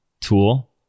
tool